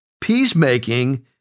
Peacemaking